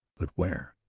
but where?